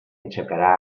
aixecarà